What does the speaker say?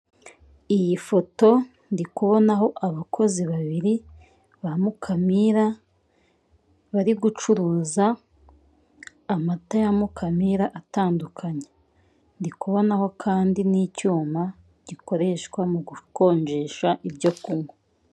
Iyi foto ndikubonaho abakozi babiri ba Mukamira bari gucuruza amata ya mukamira atandukanye ndikubonaho kandi n'icyuma gikoreshwa mu gukonjesha ibyo kunywa.